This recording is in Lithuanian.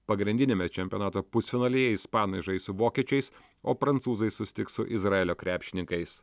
pagrindiniame čempionato pusfinalyje ispanai žais su vokiečiais o prancūzai susitiks su izraelio krepšininkais